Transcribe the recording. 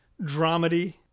dramedy